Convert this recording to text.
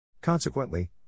Consequently